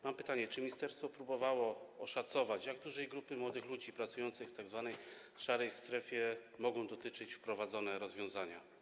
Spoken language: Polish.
Mam pytanie: Czy ministerstwo próbowało oszacować, jak dużej grupy młodych ludzi pracujących w tzw. szarej strefie mogą dotyczyć wprowadzone rozwiązania?